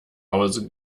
hause